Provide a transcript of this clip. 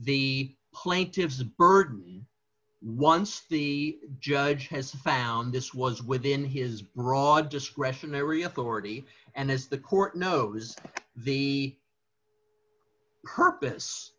the plaintiff's burden once the judge has found this was within his maraud discretionary authority and as the court knows the purpose